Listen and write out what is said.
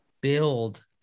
build